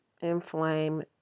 inflame